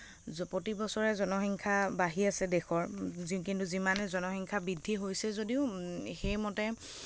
প্ৰতি বছৰে জনসংখ্যা বাঢ়ি আছে দেশৰ কিন্তু যিমানে জনসংখ্যা বৃদ্ধি হৈছে যদিও সেইমতে